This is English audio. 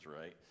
right